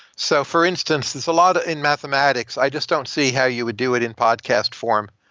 so, for instance, there's a lot in mathematics. i just don't see how you would do it in podcast form.